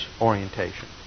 orientation